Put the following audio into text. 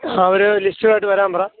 അവർ ലിസ്റ്റുമായിട്ട് വരാൻ പറ